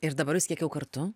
ir dabar jūs kiek jau kartu